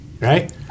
Right